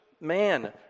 man